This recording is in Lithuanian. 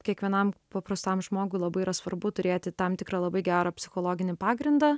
kiekvienam paprastam žmogui labai yra svarbu turėti tam tikrą labai gerą psichologinį pagrindą